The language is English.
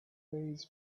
weighs